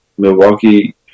Milwaukee